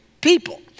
people